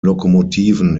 lokomotiven